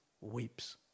Weeps